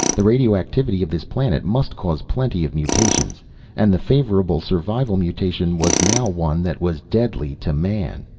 the radioactivity of this planet must cause plenty of mutations and the favorable, survival mutation was now one that was deadly to man.